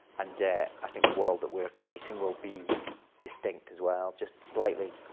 and i think the world that we're creating will be distinct as well. just slightly,